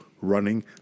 running